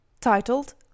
titled